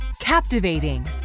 captivating